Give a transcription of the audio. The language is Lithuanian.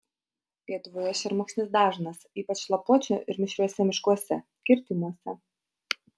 lietuvoje šermukšnis dažnas ypač lapuočių ir mišriuose miškuose kirtimuose